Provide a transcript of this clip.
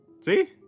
See